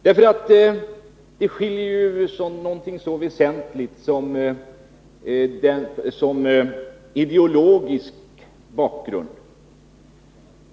Det skiljer i fråga om något så väsentligt som ideologisk bakgrund.